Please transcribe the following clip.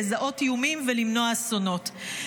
לזהות איומים ולמנוע אסונות.